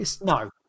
No